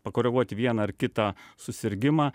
pakoreguoti vieną ar kitą susirgimą